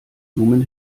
blumen